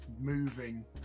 moving